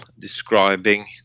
describing